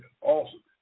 awesome